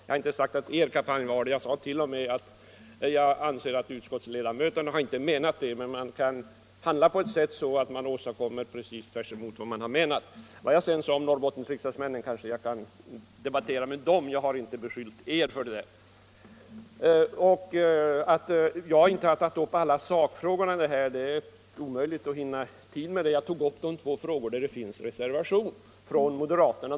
Jag sade emellertid inte att er kampanj var det. Men man kan handla på ett sätt så att resultatet blir tvärtemot vad man har avsett. Vad jag sedan sade om Norrbottens riksdagsmän kan jag kanske debattera med dem. Jag har inte riktat några beskyllningar mot er. Jag har inte tagit upp alla sakfrågor, sades det. Det är omöjligt att hinna med det. Jag tog upp de två frågor där det föreligger reservationer från moderaterna.